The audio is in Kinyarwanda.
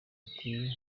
ati